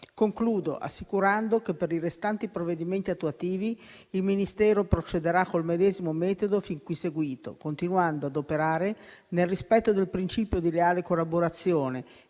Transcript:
Concludo assicurando che per i restanti provvedimenti attuativi il Ministero procederà con il medesimo metodo fin qui seguito, continuando ad operare nel rispetto del principio di leale collaborazione